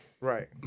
Right